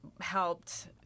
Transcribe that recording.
helped